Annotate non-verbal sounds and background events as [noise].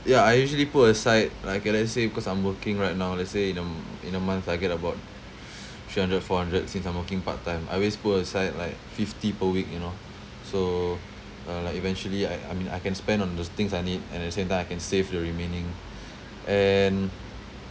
ya I usually put aside like okay let's say cause I'm working right now let's say in a m~ in a month I get about [breath] three hundred four hundred since I'm working part time I always put aside like fifty per week you know so uh like eventually I I mean I can spend on those things I need and at the same time I can save the remaining and